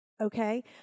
Okay